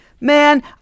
Man